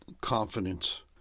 confidence